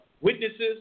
witnesses